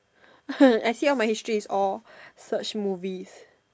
I see all my history is all search movies